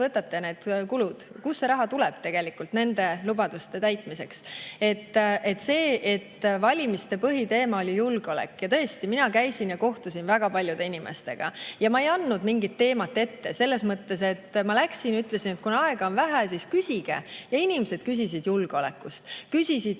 võtate need kulud? Kust see raha tuleb tegelikult nende lubaduste täitmiseks? Valimiste põhiteema oli julgeolek. Ja tõesti, mina käisin ja kohtusin väga paljude inimestega ning ma ei andnud mingit teemat ette. Ma läksin ja ütlesin, et kuna aega on vähe, siis küsige. Inimesed küsisid julgeoleku kohta.